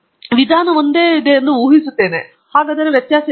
ನಾನು ಒಂದೇ ವಿಧಾನವೆಂದು ಊಹಿಸುತ್ತಿದ್ದೇನೆ ಹಾಗಾದರೆ ಒಂದು ವ್ಯತ್ಯಾಸವೇನು